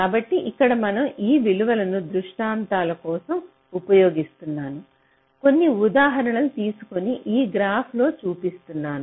కాబట్టి ఇక్కడ మనం ఈ విలువను దృష్టాంతాల కోసం ఉపయోగిస్తున్న కొన్ని ఉదాహరణలు తీసుకొని ఈ గ్రాఫ్ లో చూపిస్తున్నాను